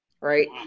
right